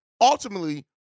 ultimately